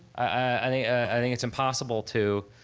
i think it's impossible to